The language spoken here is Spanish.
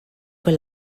con